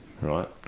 right